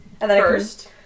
First